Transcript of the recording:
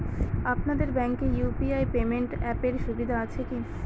আপনাদের ব্যাঙ্কে UPI payment অ্যাপের সুবিধা আছে কি?